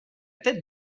tête